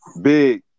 Big